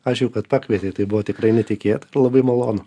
ačiū kad pakvietei tai buvo tikrai netikėta ir labai malonu